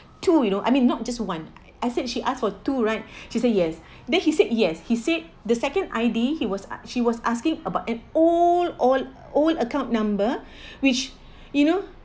two you know I mean not just one I said she ask for two right she say yes then she said yes he said the second I_D he was she was asking about an old old old account number which you know